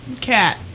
Cat